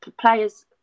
players